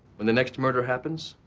when the next murder happens,